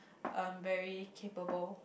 um very capable